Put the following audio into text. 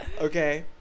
Okay